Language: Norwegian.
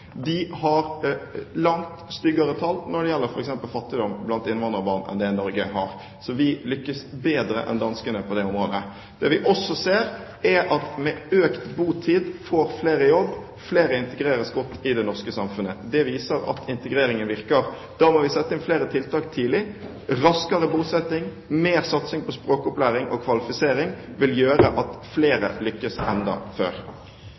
De har langt styggere tall når det gjelder f.eks. fattigdom blant innvandrerbarn, enn det Norge har. Så vi lykkes bedre enn danskene på det området. Det vi også ser, er at med økt botid får flere jobb, og flere integreres godt i det norske samfunnet. Det viser at integreringen virker. Da må vi sette inn flere tiltak tidlig. Raskere bosetting og mer satsing på språkopplæring og kvalifisering vil gjøre at flere lykkes enda